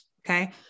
Okay